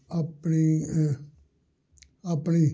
ਆਪਣੀ ਆਪਣੀ